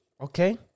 okay